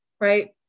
right